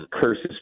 curses